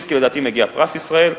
לששינסקי לדעתי מגיע פרס ישראל,